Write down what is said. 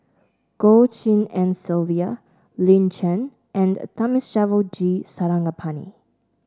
Goh Tshin En Sylvia Lin Chen and Thamizhavel G Sarangapani